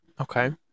Okay